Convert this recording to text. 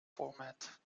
format